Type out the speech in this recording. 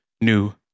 new